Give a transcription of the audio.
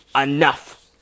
enough